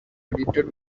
credited